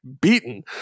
beaten